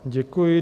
Děkuji.